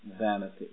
vanity